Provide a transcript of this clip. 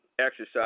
exercise